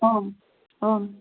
आम् आम्